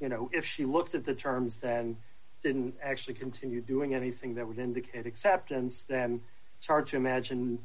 you know if she looked at the terms than didn't actually continue doing anything that would indicate acceptance then it's hard to imagine